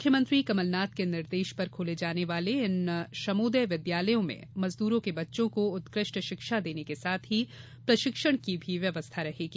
मुख्यमंत्री कमल नाथ के निर्देश पर खोले जाने वाले इन श्रमोदय विदयालयों में मजदूरों के बच्चों को उत्कृष्ट शिक्षा देने के साथ ही प्रशिक्षण की भी व्यवस्था रहेगी